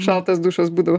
šaltas dušas būdavo